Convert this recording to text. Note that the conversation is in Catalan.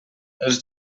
els